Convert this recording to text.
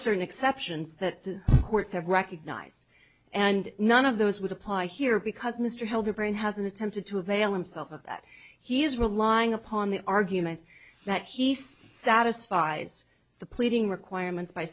certain exceptions that the courts have recognized and none of those would apply here because mr helder brain has attempted to avail himself of that he is relying upon the argument that he's satisfies the pleading requirements by